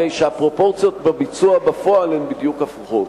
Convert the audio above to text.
הרי שהפרופורציות בביצוע בפועל הן בדיוק הפוכות?